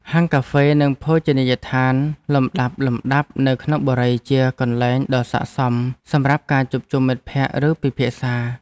ហាងកាហ្វេនិងភោជនីយដ្ឋានលំដាប់ៗនៅក្នុងបុរីជាកន្លែងដ៏ស័ក្តិសមសម្រាប់ការជួបជុំមិត្តភក្តិឬពិភាក្សា។